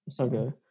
Okay